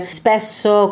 spesso